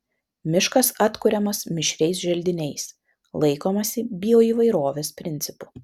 miškas atkuriamas mišriais želdiniais laikomasi bioįvairovės principų